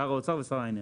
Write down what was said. שר האוצר ושר האנרגיה.